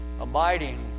abiding